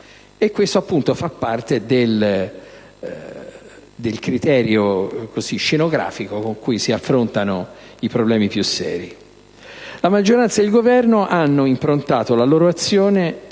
Questo fa parte del criterio scenografico con cui si affrontano i problemi più seri. La maggioranza e il Governo hanno improntato la loro azione